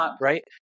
Right